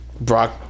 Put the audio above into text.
Brock